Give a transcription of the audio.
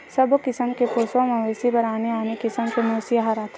सबो किसम के पोसवा मवेशी बर आने आने किसम के मवेशी अहार आथे